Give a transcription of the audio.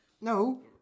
No